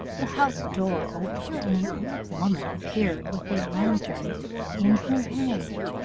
the house door opened, and an old woman appeared with a lantern in her hand.